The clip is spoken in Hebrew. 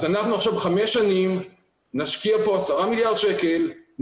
אנחנו עכשיו במשך חמש שנים נשקיע כאן 10 מיליארד שקלים,